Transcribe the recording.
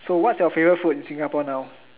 so what's your favorite food in Singapore now